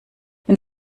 wenn